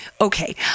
okay